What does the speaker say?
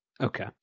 Okay